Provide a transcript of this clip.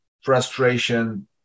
frustration